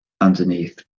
underneath